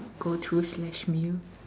go to slash meal